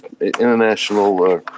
international